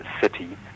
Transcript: city